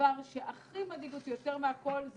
הדבר שמדאיג אותי יותר מהכול הוא